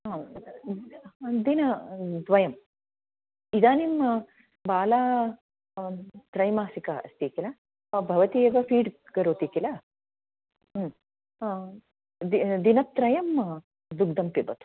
ह दिनद्वयम् इदानीं बालः त्रैमासिकः अस्ति किल भवती एव फ़ीड् करोति किल दि दिनत्रयं दुग्दं पिबतु